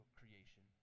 creation